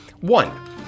One